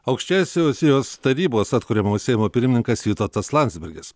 aukščiausiosios tarybos atkuriamo seimo pirmininkas vytautas landsbergis